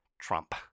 Trump